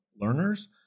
learners